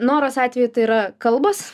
noros atveju tai yra kalbos